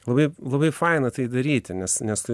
labai labai faina tai daryti nes nes tu